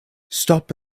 stop